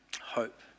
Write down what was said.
hope